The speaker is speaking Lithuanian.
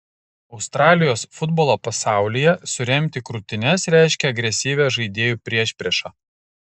australijos futbolo pasaulyje suremti krūtines reiškia agresyvią žaidėjų priešpriešą